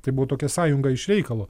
tai buvo tokia sąjunga iš reikalo